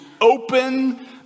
open